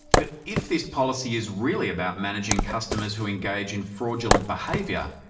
but if this policy is really about managing customers who engage in fraudulent behaviour.